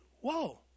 Whoa